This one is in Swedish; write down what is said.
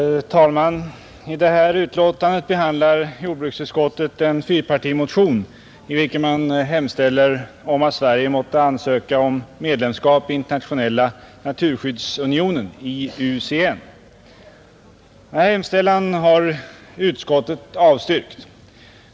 Herr talman! I detta betänkande behandlar jordbruksutskottet en fyrpartimotion i vilken hemställes att Sverige måtte ansöka om medlemskap i Internationella naturskyddsunionen, IUCN. Denna hemställan har utskottet avstyrkt.